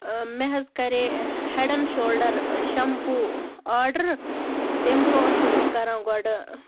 مےٚ حظ کَرے head and shoulder shampoo order تَمہِ برونہہ ٲسٕس بہٕ کران گۄڈٕ